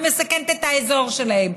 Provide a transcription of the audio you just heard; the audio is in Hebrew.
ומסכנת את האזור שלהם.